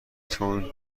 تون